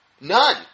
None